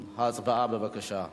הצבעה, בבקשה.